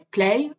Play